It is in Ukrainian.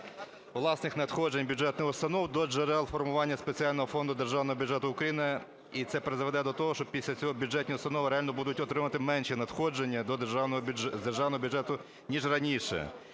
власних надходжень бюджетних установ до джерел формування спеціального фонду державного бюджету України, і це призведе до того, що після цього бюджетні установи реально будуть отримувати менші надходження до державного... з державного бюджету, ніж раніше